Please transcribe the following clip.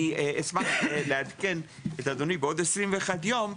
אשמח לעדכן את אדוני בעוד 21 יום,